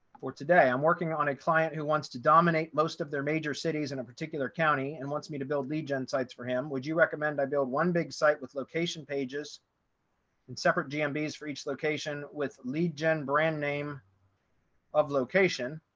for today i'm working on a client who wants to dominate most of their major cities in a particular county and wants me to build lead gen sites for him would you recommend i build one big site with location pages and separate gm b's for each location with lead gen brand name of location?